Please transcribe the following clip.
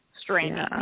straining